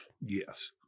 Yes